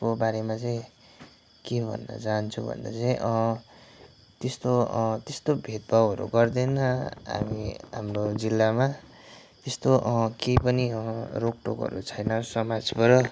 को बारेमा चाहिँ के भन्न चाहन्छु भन्दा चाहिँ त्यस्तो त्यस्तो भेदभावहरू गर्दैन हामी हाम्रो जिल्लामा त्यस्तो केही पनि रोकटोकहरू छैन समाजबाट